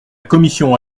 commission